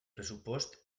pressupost